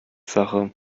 sache